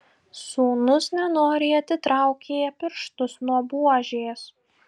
sūnus nenoriai atitraukė pirštus nuo buožės